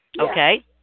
Okay